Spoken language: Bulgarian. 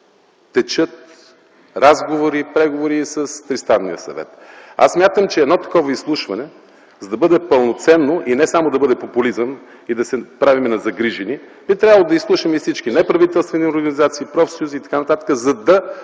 текат разговори и преговори и с Тристранния съвет. Аз смятам, че едно такова изслушване, за да бъде пълноценно и не само да бъде популизъм и да се правим на загрижени, би трябвало да изслушаме и всички – неправителствени организации, профсъюзи и т.н., за да